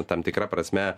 tam tikra prasme